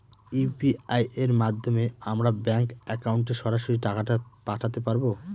UPI এর মাধ্যমে আমরা ব্যাঙ্ক একাউন্টে সরাসরি টাকা পাঠাতে পারবো?